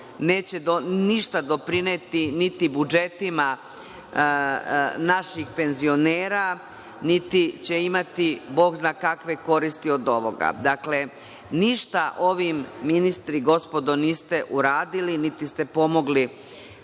neće ništa doprineti niti budžetima naših penzionera, niti će imati bog zna kakve koristi od ovoga. Dakle, ništa ovim ministri, gospodo, niste uradili, niti ste pomogli